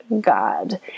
God